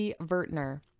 Vertner